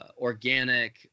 organic